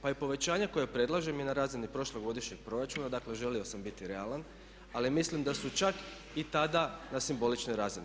Pa i povećanje koje predlažem je na razini prošlogodišnjeg proračuna, dakle želio sam biti realan, ali mislim da su čak i tada na simboličnoj razini.